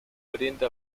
oriente